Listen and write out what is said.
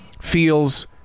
feels